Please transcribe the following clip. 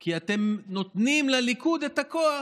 כי אתם נותנים לליכוד את הכוח